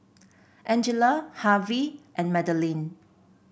Angella Harvey and Madaline